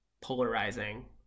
polarizing